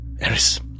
Eris